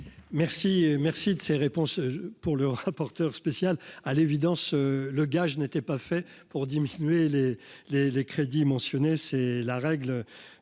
merci de ces réponses, pour le rapporteur spécial, à l'évidence le gage n'était pas fait pour diminuer les, les, les crédits, c'est la règle